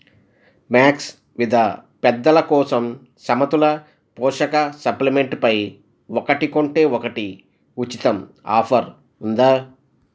max విదా పెద్దల కోసం సమతుల పోషక సప్లిమెంటుపై ఒకటి కొంటే ఒకటి ఉచితం ఆఫర్ ఉందా